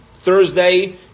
Thursday